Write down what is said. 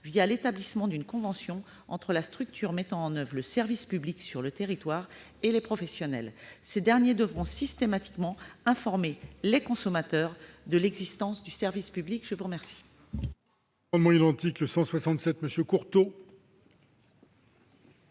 à l'établissement d'une convention entre la structure mettant en oeuvre le service public sur le territoire et les professionnels. Ces derniers devront systématiquement informer les consommateurs de l'existence du service public. La parole